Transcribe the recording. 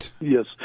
Yes